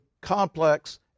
complex